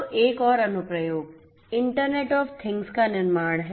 तो एक और अनुप्रयोग इंटरनेट ऑफ़ थिंग्स का निर्माण है